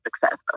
success